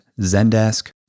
Zendesk